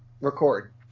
record